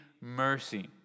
mercy